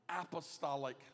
apostolic